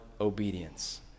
obedience